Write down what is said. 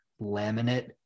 laminate